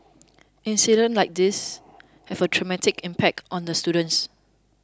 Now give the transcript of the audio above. incidents like these have a traumatic impact on the students